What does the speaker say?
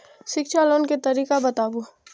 शिक्षा लोन के तरीका बताबू?